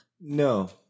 no